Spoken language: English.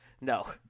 no